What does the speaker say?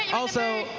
also,